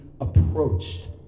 approached